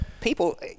people